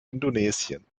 indonesien